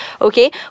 Okay